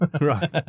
right